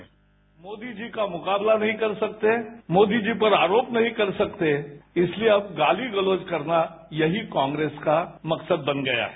bite Modi ji का मुकाबला नहीं कर सकते मोदी जी पर आरोप नहीं कर सकते इसलिए अब गाली गलोज करना यही कांग्रेस का मकसद बन गया है